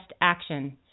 action